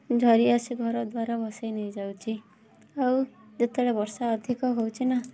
ଝରିଆସି ଘର ଦ୍ଵାର ଭସେଇ ନେଇଯାଉଛି ଆଉ ଯେତେବେଳେ ବର୍ଷା ଅଧିକ ହଉଛି ନା